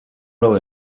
nuevo